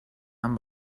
amb